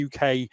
UK